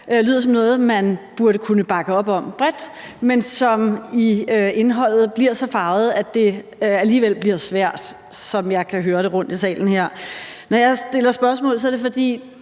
lyder som noget, man burde kunne bakke bredt op om, men som i indholdet bliver så farvet, at det alligevel bliver svært, som jeg hører det rundt i salen her. Når jeg stiller et spørgsmål, er det, fordi